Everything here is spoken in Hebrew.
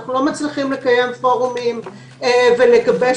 אנחנו לא מצליחים לקיים פורומים ולגבש